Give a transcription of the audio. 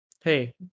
hey